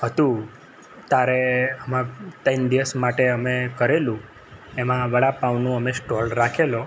હતું તારે અમારે ત્રણ દિવસ માટે અમે કરેલું એમાં વડાપાઉંનું અમે સ્ટોલ રાખેલો